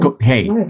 Hey